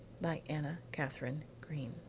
by anna katharine green